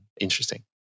interesting